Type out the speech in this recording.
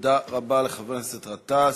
תודה רבה לחבר הכנסת גטאס.